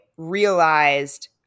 realized